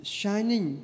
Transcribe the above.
shining